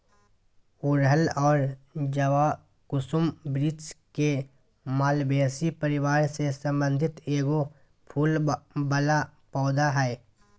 गुड़हल और जवाकुसुम वृक्ष के मालवेसी परिवार से संबंधित एगो फूल वला पौधा हइ